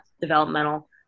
developmental